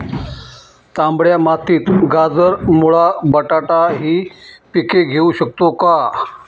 तांबड्या मातीत गाजर, मुळा, बटाटा हि पिके घेऊ शकतो का?